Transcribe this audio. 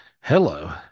Hello